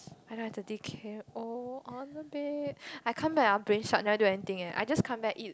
I nine thirty K O on the bed I come back I brain shut never do anything eh I just come back eat